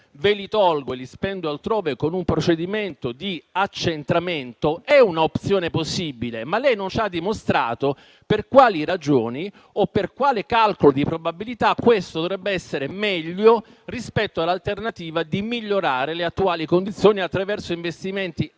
ve li tolgo e li spendo altrove con un procedimento di accentramento, è una opzione possibile. Ma lei non ci ha dimostrato per quali ragioni o per quali calcoli di probabilità questo dovrebbe essere meglio rispetto all'alternativa di migliorare le attuali condizioni attraverso investimenti